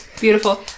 beautiful